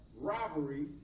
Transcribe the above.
robbery